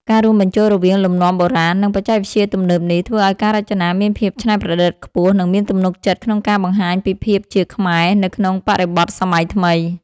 ការរួមបញ្ចូលរវាងលំនាំបុរាណ និងបច្ចេកវិទ្យាទំនើបនេះ ធ្វើឲ្យការរចនាមានភាពច្នៃប្រឌិត ខ្ពស់ និងមានទំនុកចិត្តក្នុងការបង្ហាញពីភាពជាខ្មែរ នៅក្នុងបរិបទសម័យថ្មី។